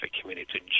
community